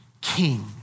king